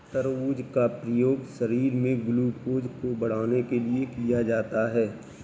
तरबूज का प्रयोग शरीर में ग्लूकोज़ को बढ़ाने के लिए किया जाता है